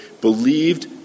believed